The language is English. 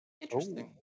Interesting